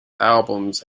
albums